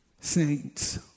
saints